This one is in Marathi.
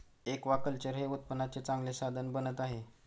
ऍक्वाकल्चर हे उत्पन्नाचे चांगले साधन बनत आहे